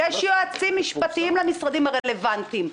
יש יועצים משפטיים למשרדים הרלוונטיים.